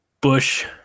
bush